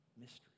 mystery